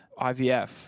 IVF